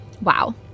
Wow